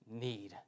need